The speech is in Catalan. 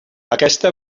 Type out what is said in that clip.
aquesta